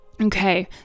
Okay